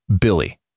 Billy